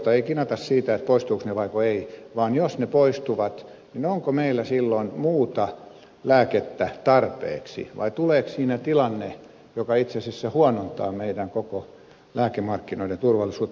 ei kinata siitä poistuvatko ne vai ei vaan jos ne poistuvat niin onko meillä silloin muuta lääkettä tarpeeksi vai tuleeko siinä tilanne joka itse asiassa huonontaa meidän koko lääkemarkkinoidemme turvallisuutta